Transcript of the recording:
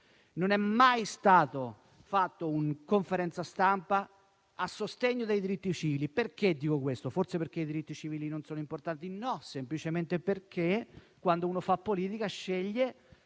Non è mai stata fatta una conferenza stampa a sostegno dei diritti civili. Perché dico questo? Forse perché i diritti civili non sono importanti? No, semplicemente perché, quando si fa politica, si